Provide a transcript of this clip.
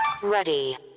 Ready